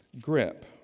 grip